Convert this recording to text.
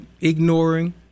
ignoring